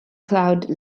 claude